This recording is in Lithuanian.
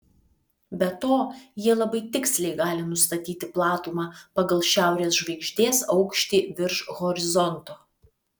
be to jie labai tiksliai gali nustatyti platumą pagal šiaurės žvaigždės aukštį virš horizonto